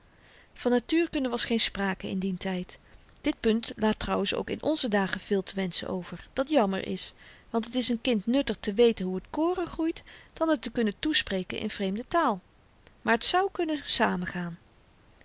van natuurkunde was geen sprake in dien tyd dit punt laat trouwens ook in onze dagen veel te wenschen over dat jammer is want het is n kind nutter te weten hoe t koren groeit dan het te kunnen toespreken in vreemde taal maar t zou kunnen samengaan